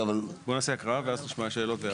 בוא נעשה הקראה ואז נשמע שאלות והערות.